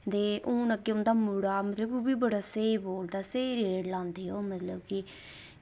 ते हून अग्गें उंदा मुढ़ा अग्गें ओह्बी स्हेई बोलदा स्हेई रेट लांदे ते ओह् मतलब कि